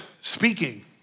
speaking